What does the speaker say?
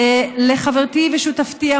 לחברתי ושותפתי,